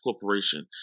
Corporation